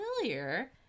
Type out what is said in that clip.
familiar